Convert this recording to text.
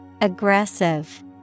Aggressive